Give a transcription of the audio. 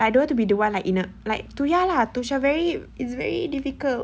I don't want to be the one like in a like to ya lah to macam it's very difficult